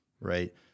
right